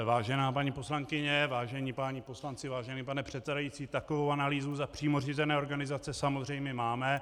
Vážená paní poslankyně, vážení páni poslanci, vážený pane předsedající, takovou analýzu za přímo řízené organizace samozřejmě máme.